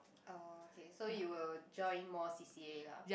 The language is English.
okay so you will join more C_C_A lah